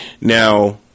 Now